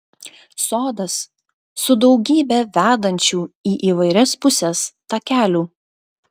sodas su daugybe vedančių į įvairias puses takelių